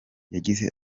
yagize